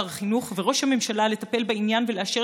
שר החינוך וראש הממשלה לטפל בעניין ולאשר